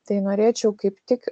tai norėčiau kaip tik